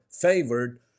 favored